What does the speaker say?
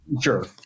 Sure